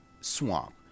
swamp